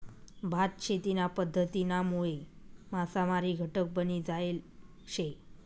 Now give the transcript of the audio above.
भात शेतीना पध्दतीनामुळे मासामारी घटक बनी जायल शे